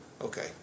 Okay